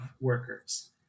workers